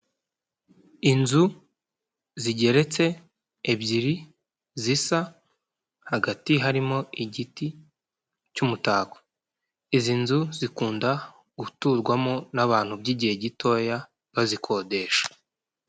Inzu zigeretse ebyiri zisa hagati harimo igiti cy'umutako. Izi nzu zikunda guturwamo n'abantu by'igihe gitoya bazikodesha.